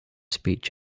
speech